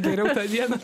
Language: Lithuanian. geriau tą dieną